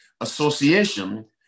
Association